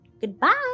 Goodbye